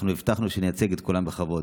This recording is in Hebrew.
אנחנו הבטחנו שנייצג את כולם בכבוד.